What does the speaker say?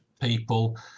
people